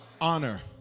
honor